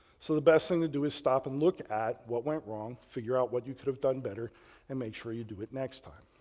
so the best thing to do is stop and look at what went wrong, figure out what you could have done better and make sure you do it next time.